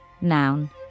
noun